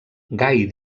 gai